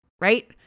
right